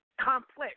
complex